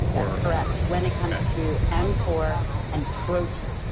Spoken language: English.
that's correct. when it comes to mtor and protein.